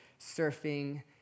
surfing